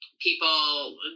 people